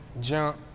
jump